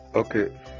Okay